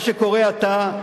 מה שקורה עתה,